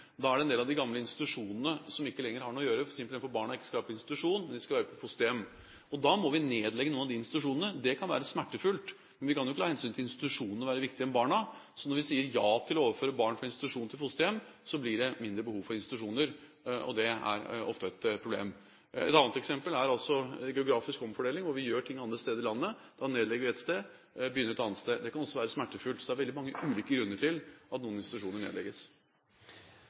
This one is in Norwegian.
Da er det en del av de gamle institusjonene som ikke lenger har noe å gjøre, simpelthen fordi barna ikke skal være på institusjon, de skal være i fosterhjem. Da må vi nedlegge noen av de institusjonene. Det kan være smertefullt, men vi kan ikke la hensynet til institusjonene være viktigere enn barna. Så når vi sier ja til å overføre barna fra institusjon til fosterhjem, blir det mindre behov for institusjoner, og det er ofte et problem. Et annet eksempel er geografisk omfordeling, at vi gjør ting andre steder i landet. Da nedlegger vi et sted og begynner et annet sted. Det kan også være smertefullt. Så det er veldig mange ulike grunner til at noen institusjoner nedlegges.